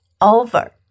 over